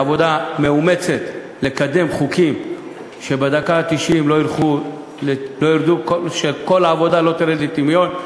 עבודה מאומצת לקדם חוקים כדי שבדקה התשעים כל העבודה לא תרד לטמיון.